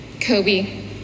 Kobe